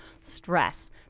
stress